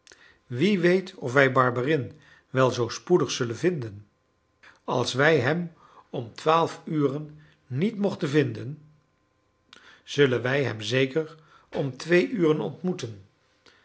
wie weet of wij barberin wel zoo spoedig zullen vinden als wij hem om twaalf uren niet mochten vinden zullen wij hem zeker om twee uren ontmoeten